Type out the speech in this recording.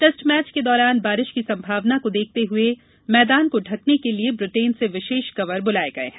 test match के दौरान बारिश की संमावना को देखते हुए मैदान को ढंकने के लिये ब्रिटेन से विशेष कवर बुलाये गये हैं